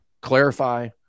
clarify